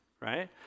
right